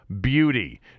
beauty